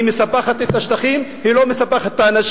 היא מספחת את השטחים, היא לא מספחת את האנשים.